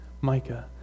Micah